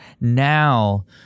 now